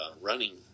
running